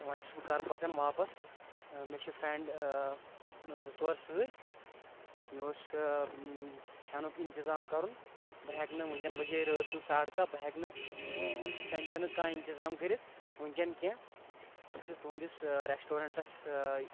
تہٕ وۄنۍ چھُس بہٕ گرٕ پکان واپس مےٚ چھِ فرینڈ زٕ ژور سۭتۍ مےٚ اوس کھٮ۪نُک انتظام کرُن بہٕ ہٮ۪کہٕ نہٕ ؤنکٮ۪ن بجے رٲژ سٕنٛز ساڑٕ کہہ بہٕ ہٮ۪کہٕ نہٕ کھٮ۪ن چٮ۪نُک کانٛہہ انتظام کٔرتھ ؤنکیٚن کینٛہہ بہٕ چھُس تُہنٛدس ریسٹورینٹس